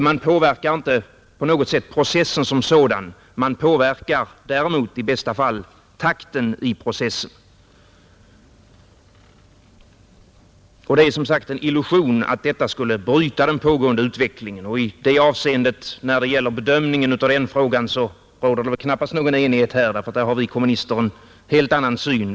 Man påverkar därigenom inte på något sätt processen som sådan; däremot påverkar man i bästa fall takten i processen. Att detta skulle bryta den pågående utvecklingen är som sagt en illusion. När det gäller bedömningen av den frågan råder väl här knappast någon enighet, därför att vi kommunister härvidlag har en helt annan syn.